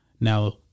Now